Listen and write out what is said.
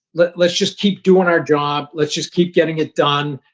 let's let's just keep doing our job. let's just keep getting it done.